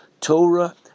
Torah